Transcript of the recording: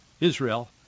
Israel